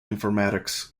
informatics